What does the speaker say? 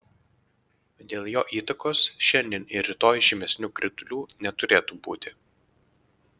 dėl jo įtakos šiandien ir rytoj žymesnių kritulių neturėtų būti